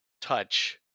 touch